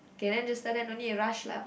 K then just tell them don't need to rush lah